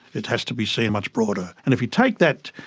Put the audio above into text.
it has to be seen much broader. and if you take that,